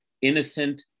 innocent